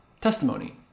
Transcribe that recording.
testimony